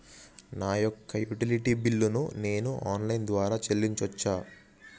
నా యొక్క utility bill ను నేను ఆన్ లైన్ ద్వారా చెల్లించొచ్చా?